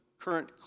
current